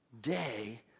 day